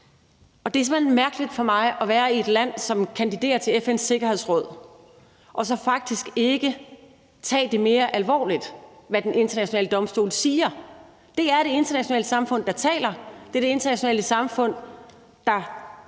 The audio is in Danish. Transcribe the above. hen mærkeligt for mig, at man kan være i et land, som kandiderer til FN's Sikkerhedsråd, og så faktisk ikke tage det mere alvorligt, hvad Den Internationale Domstol siger. Det er det internationale samfund, der taler. Det er det internationale samfund, der